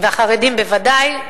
והחרדים, בוודאי.